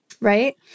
Right